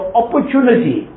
opportunity